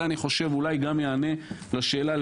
אולי גם יענה על השאלה שעליה דיבר עמית,